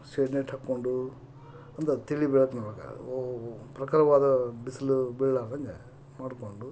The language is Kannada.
ಸೇಡ್ ನೆಟ್ ಹಾಕ್ಕೊಂಡು ಅಂದ್ರೆ ತಿಳಿ ಬೆಳಕಿನೊಳ್ಗೆ ಪ್ರಖರವಾದ ಬಿಸಿಲು ಬೀಳಲಾರ್ದಂಗ ಮಾಡಿಕೊಂಡು